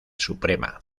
suprema